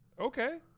Okay